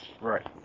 Right